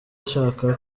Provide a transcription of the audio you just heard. ashaka